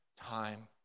time